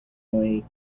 only